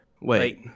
Wait